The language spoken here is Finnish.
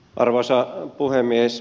arvoisa puhemies